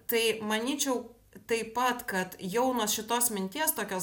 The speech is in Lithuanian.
tai manyčiau taip pat kad jau nuo šitos minties tokios